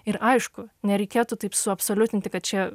ir aišku nereikėtų taip suabsoliutinti kad čia